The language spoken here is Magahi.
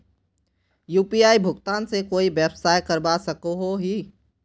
यु.पी.आई भुगतान से कोई व्यवसाय करवा सकोहो ही?